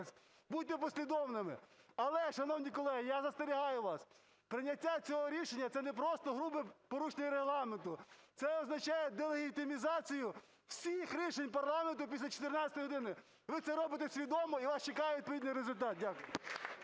Будьте послідовними. Але, шановні колеги, я застерігаю вас, прийняття цього рішення - це не просто грубе порушення Регламенту, це означає делегітимізацію всіх рішень парламенту після 14-ї години. Ви це робите свідомо і вас чекає відповідний результат. Дякую.